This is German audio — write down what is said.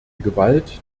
gewalt